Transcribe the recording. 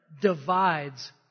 divides